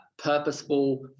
purposeful